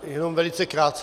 Jenom velice krátce.